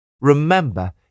Remember